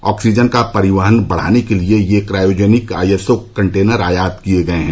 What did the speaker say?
oxygen का परिवहन बढ़ाने के लिए यह क्रायोजेनिक आईएसओ कंटेनर आयात किये गये हैं